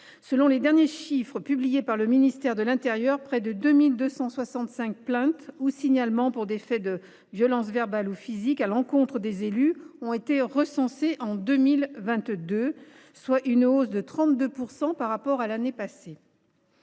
Selon les derniers chiffres publiés par le ministère de l’intérieur, près de 2 265 plaintes ou signalements pour des faits de violence verbale ou physique à l’encontre des élus ont été recensés en 2022, soit une hausse de 32 % par rapport à l’année précédente.